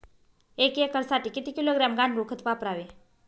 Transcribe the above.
एक एकरसाठी किती किलोग्रॅम गांडूळ खत वापरावे?